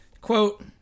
Quote